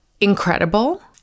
incredible